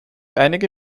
einige